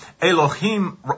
Elohim